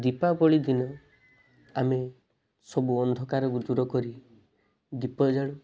ଦୀପାବଳି ଦିନ ଆମେ ସବୁ ଅନ୍ଧକାରକୁ ଦୂର କରି ଦୀପ ଜାଳି